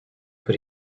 but